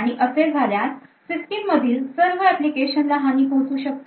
आणि असे झाल्यास सिस्टीम मधील सर्व ऍप्लिकेशन्स ला हानी पोहचू शकते